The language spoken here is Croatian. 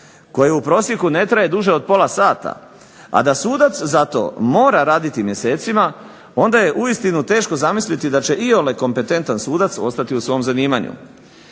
koji u prosjeku ne traje duže od pola sata, a da sudac za to mora raditi mjesecima, onda je uistinu teško zamisliti da će iole kompetentan sudac ostati u svom zanimanju.